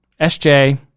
SJ